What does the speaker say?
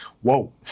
Whoa